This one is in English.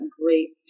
great